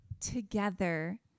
together